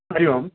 Hari Om